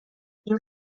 این